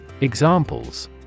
Examples